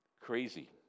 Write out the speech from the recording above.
Crazy